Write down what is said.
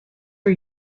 are